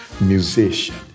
musician